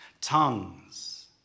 Tongues